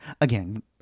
Again